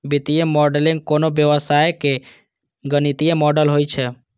वित्तीय मॉडलिंग कोनो व्यवसायक गणितीय मॉडल होइ छै